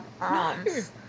arms